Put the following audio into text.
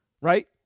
right